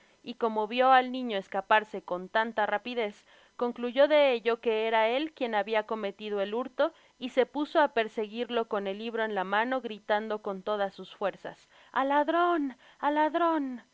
y como vio al niño escaparse con tanta rapidez concluyó de ello que era él quien habia cometido el hurto y se puso á perseguirlo con el libro en la mano gritando con todas sus fuerzas al ladron al ladron